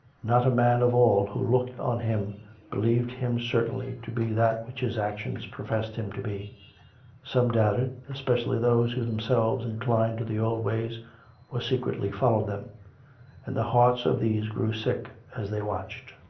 not a man of all who looked on him believed him certainly to be that which his actions professed him to be some doubted, especially those who themselves inclined to the old ways or secretly followed them and the hearts of these grew sick as they watched.